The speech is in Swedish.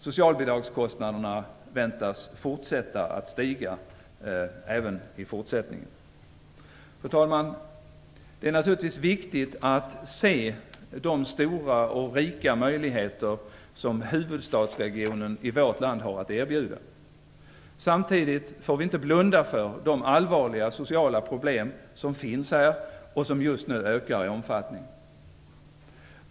Socialbidragskostnaderna väntas fortsätta att stiga. Fru talman! Det är naturligtvis viktigt att se de stora och rika möjligheter som huvudstadsregionen i vårt land har att erbjuda. Samtidigt får vi inte blunda för de allvarliga sociala problem som finns här och som just nu ökar i omfattning.